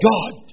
God